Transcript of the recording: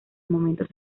momentos